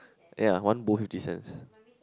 ya one bowl fifty cents